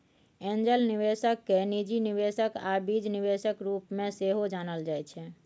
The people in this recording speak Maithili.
एंजल निबेशक केँ निजी निबेशक आ बीज निबेशक रुप मे सेहो जानल जाइ छै